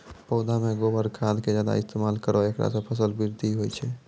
पौधा मे गोबर खाद के ज्यादा इस्तेमाल करौ ऐकरा से फसल बृद्धि होय छै?